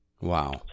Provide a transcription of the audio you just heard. Wow